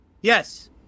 Yes